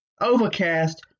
Overcast